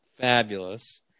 fabulous